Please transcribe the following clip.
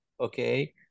okay